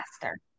faster